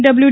W